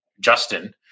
Justin